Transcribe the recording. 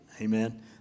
amen